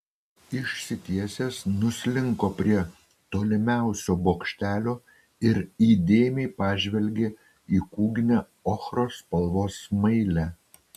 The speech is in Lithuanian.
išsitiesęs nuslinko prie tolimiausio bokštelio ir įdėmiai pažvelgė į kūginę ochros spalvos smailę